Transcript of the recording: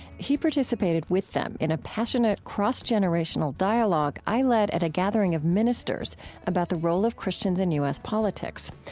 he participated with them in a passionate, cross-generational dialogue i led at a gathering of ministers about the role of christians in u s. politics.